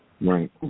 Right